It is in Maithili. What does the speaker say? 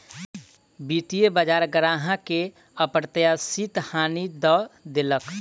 वित्तीय बजार ग्राहक के अप्रत्याशित हानि दअ देलक